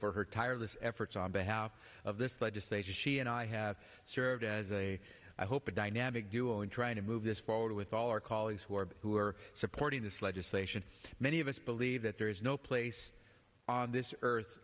tireless efforts on behalf of this legislation and i have served as a i hope a dynamic duo in trying to move this forward with all our colleagues who are who are supporting this legislation many of us believe that there is no place on this earth